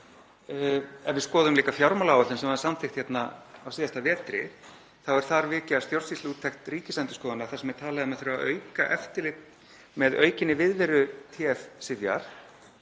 Ef við skoðum líka fjármálaáætlun sem var samþykkt hérna á síðasta vetri þá er þar vikið að stjórnsýsluúttekt Ríkisendurskoðunar þar sem er talað um að það þurfi að auka eftirlit með aukinni viðveru TF-Sifjar